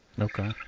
Okay